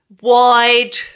wide